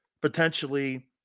potentially